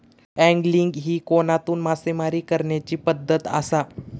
angling ही कोनातून मासेमारी करण्याची पद्धत आसा